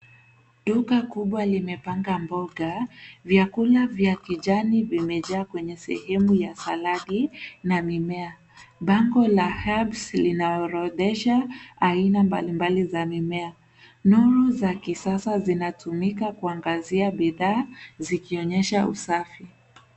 Duka kubwa limepanga mboga. Vyakula vya kijani vimejaa kwenye sehemu ya saladi na mimea. Bango la herbs linaorodhesha aina mbali mbali za mimea. Nuru za kisasa zinatumika kuangazia bidhaa zikionyesha usafi.